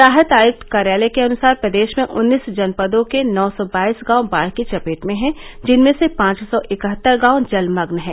राहत आयुक्त कार्यालय के अनुसार प्रदेश में उन्नीस जनपदों के नौ सौ बाईस गांव बाढ़ की चपेट में हैं जिनमें से पांच सौ इकहत्तर गांव जलमग्न है